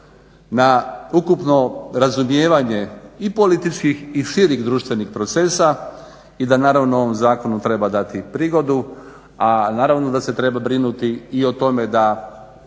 na ukupno razumijevanje i političkih i širih društvenih procesa i da naravno ovom zakonu treba dati prigodu, a naravno da se treba brinuti i o tome da